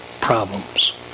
problems